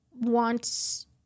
wants